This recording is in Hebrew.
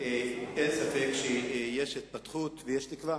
אין ספק שיש התפתחות ויש תקווה.